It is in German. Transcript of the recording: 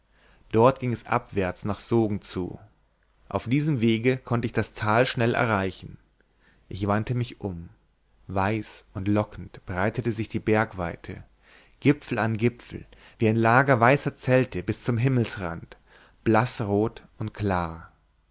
dort ging es abwärts nach sogn zu auf diesem wege konnte ich das tal schnell erreichen ich wandte mich um weiß und lockend breitete sich die bergweite gipfel an gipfel wie ein lager weißer zelte bis zum himmelsrand blaßrot und klar